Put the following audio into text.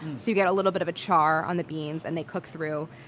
so you get a little bit of a char on the beans and they cook through.